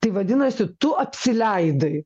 tai vadinasi tu apsileidai